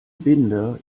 binder